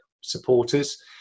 supporters